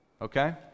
Okay